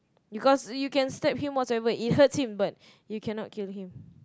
because you can stab him whatsoever it hurts him but you cannot kill him